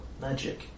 magic